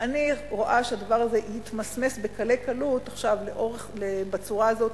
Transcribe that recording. אני רואה שהדבר הזה יתמסמס בקלי קלות עכשיו בצורה הזאת,